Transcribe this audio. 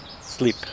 sleep